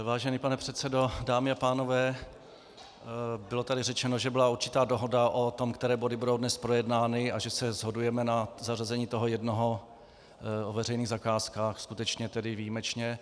Vážený pane předsedo, dámy a pánové, bylo tady řečeno, že byla určitá dohoda o tom, které body budou dnes projednány, a že se shodujeme na zařazení toho jednoho o veřejných zakázkách, skutečně tedy výjimečně.